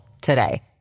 today